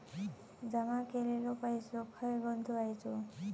जमा केलेलो पैसो खय गुंतवायचो?